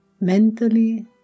Mentally